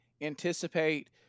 anticipate